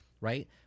right